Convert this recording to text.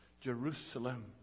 Jerusalem